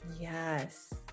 Yes